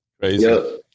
crazy